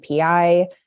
API